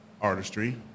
artistry